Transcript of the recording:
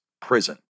prison